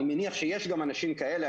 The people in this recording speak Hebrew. אני מניח שיש גם אנשים כאלה,